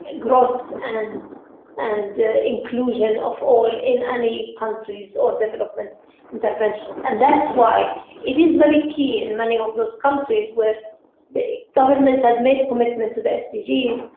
growth and and inclusion of all in any countries or development interventions. and that is why it is very key in many of those countries where the government has made a commitment to the sdgs,